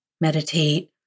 meditate